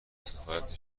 سفارت